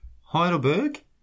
Heidelberg